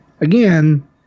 again